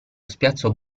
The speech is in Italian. spiazzo